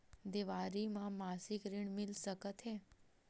देवारी म मासिक ऋण मिल सकत हे?